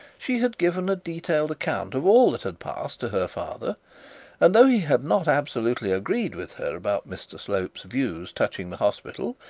she had given a detailed account of all that had passed to her father and though he had not absolutely agreed with her about mr slope's views touching the hospital,